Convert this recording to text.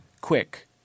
quick